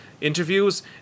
interviews